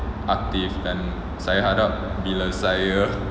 aktif dan saya harap bila saya